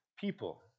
people